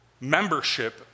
Membership